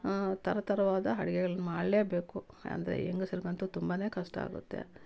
ಥರ ಥರವಾದ ಅಡ್ಗೆಗಳ್ ಮಾಡಲೇಬೇಕು ಅಂದರೆ ಹೆಂಗಸ್ರಗಂತು ತುಂಬಾ ಕಷ್ಟ ಆಗುತ್ತೆ